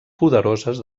poderoses